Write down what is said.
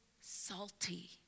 salty